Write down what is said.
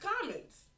comments